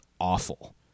awful